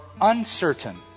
uncertain